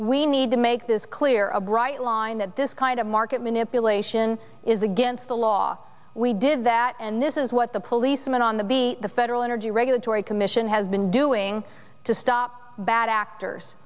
we need to make this clear a bright line that this kind of market manipulation is against the law we did that and this is what the policeman on the beat the federal energy regulatory commission has been doing to stop bad actors